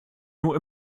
nur